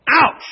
ouch